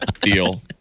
deal